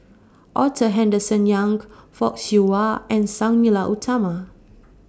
Arthur Henderson Young Fock Siew Wah and Sang Nila Utama